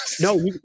No